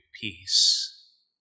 peace